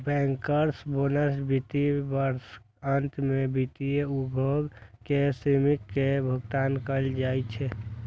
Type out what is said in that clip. bankers bonus वित्त वर्षक अंत मे वित्तीय उद्योग के श्रमिक कें भुगतान कैल जाइ छै